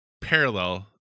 parallel